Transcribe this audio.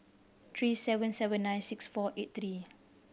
three seven seven nine six four eight three